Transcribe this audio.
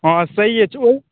हँ सही अछि ओ